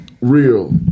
real